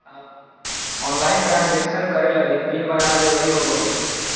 online transaction करे लगी pin बनाना जरुरी होबो हइ